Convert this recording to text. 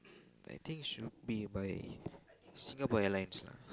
I think should be by Singapore Airlines lah